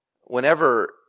whenever